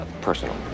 Personal